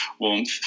warmth